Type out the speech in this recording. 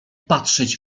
patrzeć